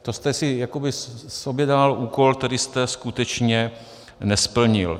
To jste si sobě dal úkol, který jste skutečně nesplnil.